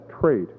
trait